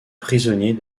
prisonniers